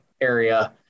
area